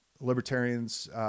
libertarians